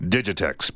Digitex